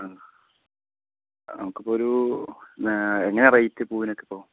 ആ നമുക്ക് ഇപ്പോൾ ഒരു എങ്ങനെയാ റേറ്റ് പൂവിനൊക്കെ ഇപ്പോൾ